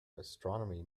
astronomy